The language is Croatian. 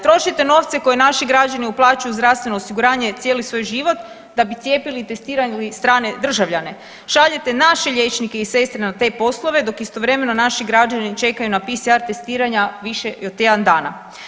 Trošite novce koje naši građani uplaćuju u zdravstveno osiguranje cijeli svoj život da bi cijepili i testirali strane državljane, šaljete naše liječnike i sestre na te poslove dok istovremeno naši građani čekaju na PCR testiranja više od tjedan dana.